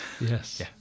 Yes